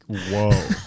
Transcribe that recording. Whoa